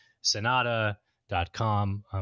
Sonata.com